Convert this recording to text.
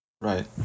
right